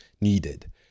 needed